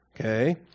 Okay